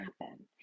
happen